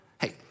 hey